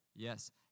Yes